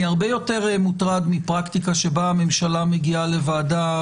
אני הרבה יותר מוטרד מפרקטיקה שבה הממשלה מגיעה לוועדה,